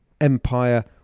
empire